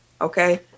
Okay